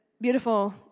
beautiful